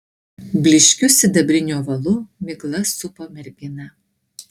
blyškiu sidabriniu ovalu migla supo merginą